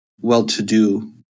well-to-do